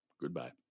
goodbye